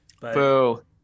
Boo